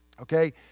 Okay